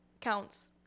counts